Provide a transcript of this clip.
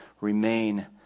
Remain